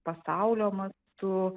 pasaulio mastu